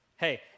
Hey